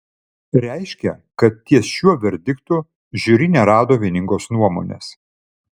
reiškia kad ties šiuo verdiktu žiuri nerado vieningos nuomonės